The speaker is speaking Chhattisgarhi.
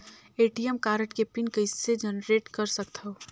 ए.टी.एम कारड के पिन कइसे जनरेट कर सकथव?